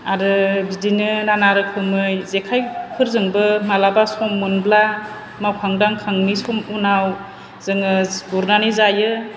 आरो बिदिनो नाना रोखोमै जेफोरजोंबो मालाबा सम मोनब्ला मावखां दांखांनि सम उनाव जोङो गुरनानै जायो